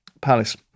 Palace